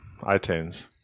iTunes